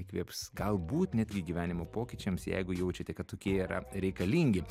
įkvėps galbūt netgi gyvenimo pokyčiams jeigu jaučiate kad tokie yra reikalingi